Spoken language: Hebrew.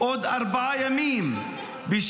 אתה מפחד לדבר נגד ארגוני הפשע.